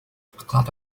أقلعت